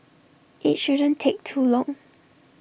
IT shouldn't take too long